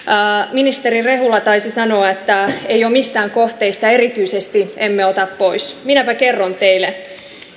ministeri rehula taisi sanoa että mistään kohteista erityisesti emme ota pois minäpä kerron teille